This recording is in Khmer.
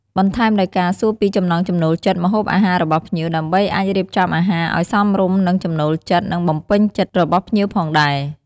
បន្ថែមដោយការសួរពីចំណង់ចំណូលចិត្តម្ហូបអាហាររបស់ភ្ញៀវ ដើម្បីអាចរៀបចំអាហារឱ្យសមរម្យនឹងចំណូលចិត្ត និងបំពេញចិត្តរបស់ភ្ញៀវផងដែរ។